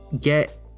get